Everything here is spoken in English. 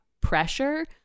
pressure